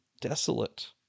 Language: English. desolate